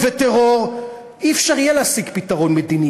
של עוני וטרור, לא יהיה אפשר להשיג פתרון מדיני.